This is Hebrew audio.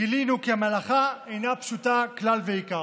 גילינו כי המלאכה אינה פשוטה כלל ועיקר.